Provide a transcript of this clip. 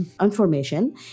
information